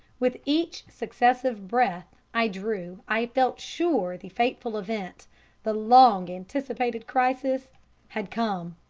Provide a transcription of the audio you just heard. with each successive breath i drew i felt sure the fateful event the long-anticipated crisis had come.